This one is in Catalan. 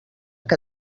que